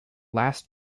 last